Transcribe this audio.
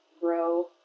grow